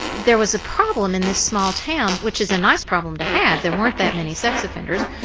there was a problem in this small town which is a nice problem to have there weren't that many sex offenders,